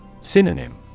Synonym